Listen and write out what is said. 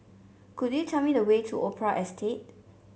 could you tell me the way to Opera Estate